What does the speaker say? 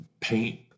paint